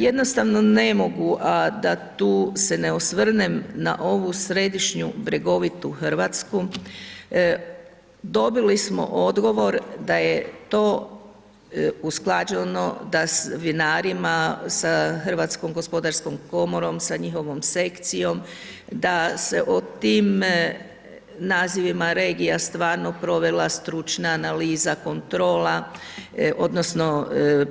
Jednostavno ne mogu a da tu se ne osvrnem na ovu središnju bregovitu Hrvatsku, dobili smo odgovor da je to usklađeno da vinarima sa HGK-om, sa njihovom sekcijom, da se o tim nazivima regija stvarno provela stručna analiza, kontrola, odnosno